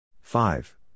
Five